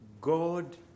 God